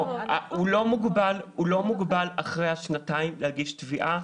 לא, הוא לא מוגבל אחרי השנתיים להגיש תביעה